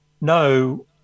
no